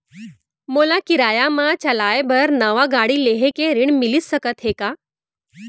मोला किराया मा चलाए बर नवा गाड़ी लेहे के ऋण मिलिस सकत हे का?